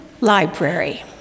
library